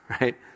Right